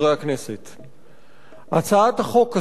הצעת החוק הזאת היא הזדמנות